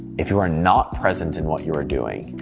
if you are not present in what you are doing,